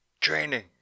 Training